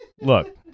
look